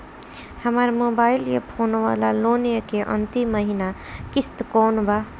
हमार mobile phone वाला loan के अंतिम महिना किश्त कौन बा?